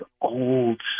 old